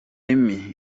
remy